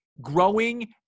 growing